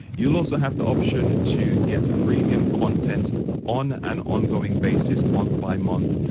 you'll also have the option to get premium content on an ongoing basis month by month.